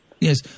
Yes